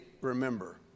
remember